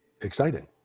exciting